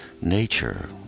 nature